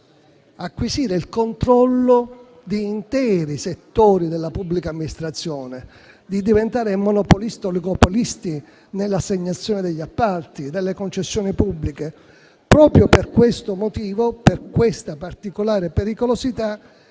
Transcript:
acquisire il controllo di interi settori della pubblica amministrazione e di diventare monopolisti e oligopolisti nell'assegnazione degli appalti e delle concessioni pubbliche. Proprio per questo motivo, per questa particolare pericolosità,